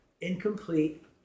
incomplete